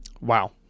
Wow